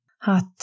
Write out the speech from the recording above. Hot